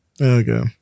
Okay